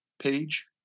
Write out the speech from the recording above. page